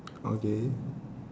okay